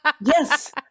Yes